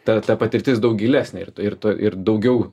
ta ta patirtis daug gilesnė ir tu ir tu ir daugiau